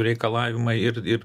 reikalavimai ir ir